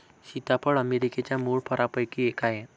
सीताफळ अमेरिकेच्या मूळ फळांपैकी एक आहे